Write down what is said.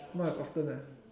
not as often